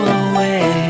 away